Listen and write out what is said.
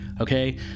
Okay